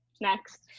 Next